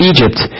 Egypt